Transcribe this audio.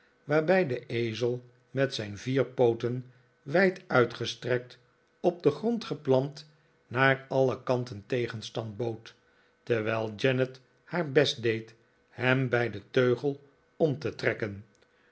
waarbij de ezel met zijn vier pooten wijd uitgestrekt op den grond geplant naar alle kanten tegenstand bood terwijl janet haar best deed hem bij den teugel om te trekken